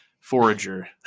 Forager